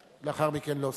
ולאחר מכן להוסיף.